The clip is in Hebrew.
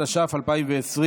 התש"ף 2020,